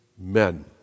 men